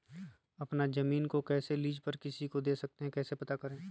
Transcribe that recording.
अपना जमीन को कैसे लीज पर किसी को दे सकते है कैसे पता करें?